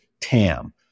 TAM